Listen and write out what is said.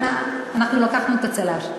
לקחנו את הצל"ש.